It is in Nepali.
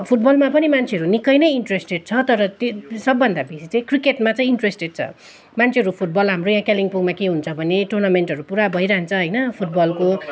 फुटबलमा पनि मान्छेहरू निक्कै नै इन्ट्रेस्टेड छ तर त्यो सब भन्दा बेसी चाहिँ क्रिकेटमा चाहिँ इन्ट्रेस्टेड छ मान्छेहरू फुटबल हाम्रो यहाँ कालिम्पोङमा के हुन्छ भने टुर्नामेन्टहेरू पुरा भइरहन्छ होइन फुटबलको